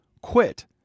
quit